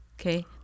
okay